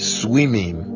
swimming